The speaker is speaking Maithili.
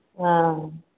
हॅं